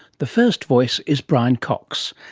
the first voice is brian cox.